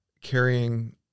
carrying